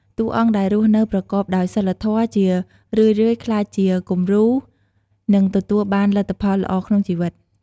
តួអង្គដែលរស់នៅប្រកបដោយសីលធម៌ ជារឿយៗក្លាយជាគំរូ និងទទួលបានលទ្ធផលល្អក្នុងជីវិត។